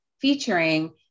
featuring